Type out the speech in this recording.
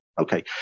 okay